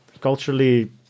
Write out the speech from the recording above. culturally